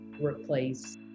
workplace